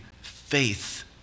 faith